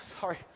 Sorry